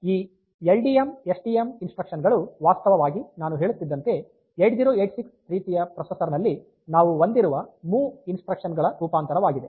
ಆದ್ದರಿಂದ ಈ L D M S T M instruction ಗಳು ವಾಸ್ತವವಾಗಿ ನಾನು ಹೇಳುತ್ತಿದ್ದಂತೆ 8086 ರೀತಿಯ ಪ್ರೊಸೆಸರ್ ನಲ್ಲಿ ನಾವು ಹೊಂದಿರುವ ಮೂವ್ ಇನ್ಸ್ಟ್ರಕ್ಷನ್ ಗಳ ರೂಪಾಂತರವಾಗಿದೆ